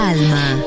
Alma